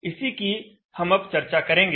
इसी की हम अब चर्चा करेंगे